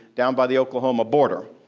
down by the oklahoma border.